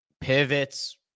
pivots